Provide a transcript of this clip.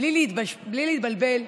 בלי להתבלבל,